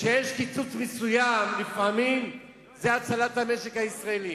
וכשיש קיצוץ מסוים, לפעמים זו הצלת המשק הישראלי.